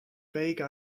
vague